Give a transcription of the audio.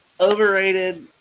Overrated